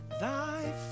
thy